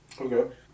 Okay